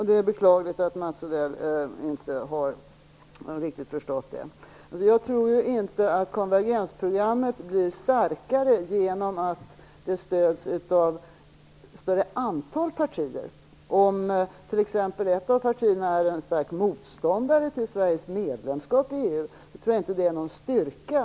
Det är beklagligt att Mats Odell inte riktigt har förstått det. Jag tror inte att konvergensprogrammet skulle bli starkare av att stödjas av ett större antal partier eller av att stödjas av ett parti som är en stark motståndare till svenskt medlemskap i EU.